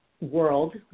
world